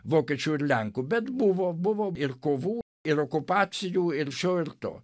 vokiečių ir lenkų bet buvo buvo ir kovų ir okupacijų ir šio ir to